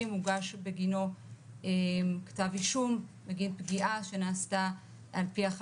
עכשיו לגבי המשטרה, מה ששאלת אותי.